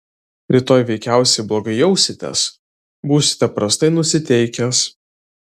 rytoj veikiausiai blogai jausitės būsite prastai nusiteikęs